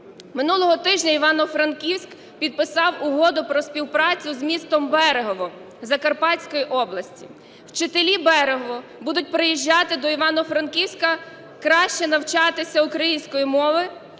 Минулого тижня Івано-Франківськ підписав Угоду про співпрацю з містом Берегово Закарпатської області. Вчителі Берегова будуть приїжджати до Івано-Франківська краще навчатися української мови,